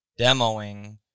demoing